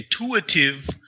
intuitive